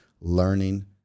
learning